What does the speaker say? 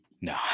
no